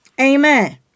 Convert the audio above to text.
Amen